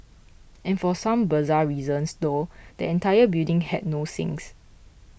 and for some bizarre reason though the entire building had no sinks